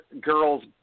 girl's